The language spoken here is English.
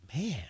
Man